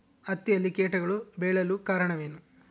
ಹತ್ತಿಯಲ್ಲಿ ಕೇಟಗಳು ಬೇಳಲು ಕಾರಣವೇನು?